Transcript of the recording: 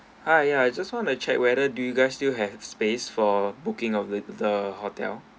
hi ya I just want to check whether do you guys still have space for booking of the the hotel